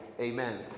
Amen